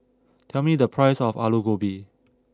tell me the price of Alu Gobi